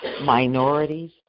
minorities